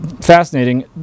fascinating